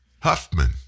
Huffman